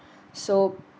so